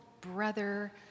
brother